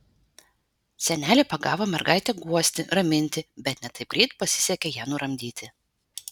senelė pagavo mergaitę guosti raminti bet ne taip greit pasisekė ją nuramdyti